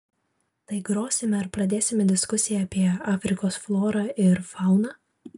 tai grosime ar pradėsime diskusiją apie afrikos florą ir fauną